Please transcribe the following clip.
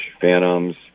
phantoms